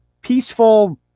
peaceful –